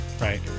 right